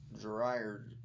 dryer